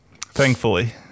Thankfully